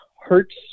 hurts